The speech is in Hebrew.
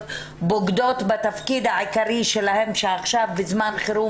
בוגדות בתפקיד העיקרי שלהן שעכשיו בזמן חירום